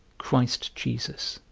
christ jesus.